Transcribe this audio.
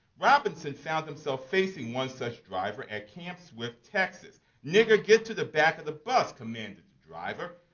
robinson found himself facing one such driver at camp swift, texas. nigger, get to the back of the bus commanded the driver.